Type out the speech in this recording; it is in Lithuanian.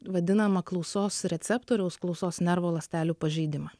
vadinama klausos receptoriaus klausos nervo ląstelių pažeidimą